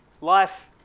Life